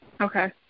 Okay